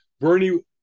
Bernie